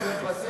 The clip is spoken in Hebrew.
למה לא?